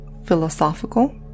philosophical